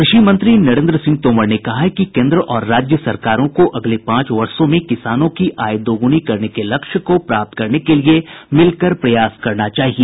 कृषि मंत्री नरेन्द्र सिंह तोमर ने कहा है कि केन्द्र और राज्य सरकारों को अगले पांच वर्षो में किसानों की आय दोगुनी करने के लक्ष्य को प्राप्त करने के लिए मिलकर प्रयास करना चाहिए